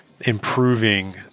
improving